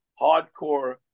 hardcore